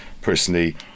personally